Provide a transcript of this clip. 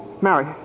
Mary